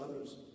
others